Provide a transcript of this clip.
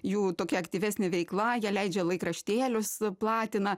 jų tokia aktyvesnė veikla jie leidžia laikraštėlius platina